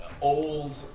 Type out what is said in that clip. old